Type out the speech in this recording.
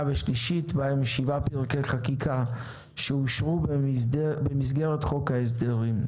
ושלישית בהם שבעה פרקי חקיקה שאושרו במסגרת חוק ההסדרים.